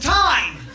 time